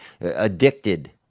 addicted